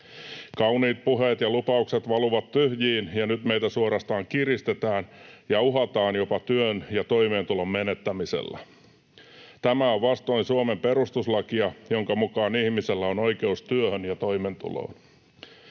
Kauniit puheet ja lupaukset valuvat tyhjiin, ja nyt meitä suorastaan kiristetään ja uhataan jopa työn ja toimeentulon menettämisellä. Tämä on vastoin Suomen perustuslakia, jonka mukaan ihmisellä on oikeus työhön ja toimeentuloon.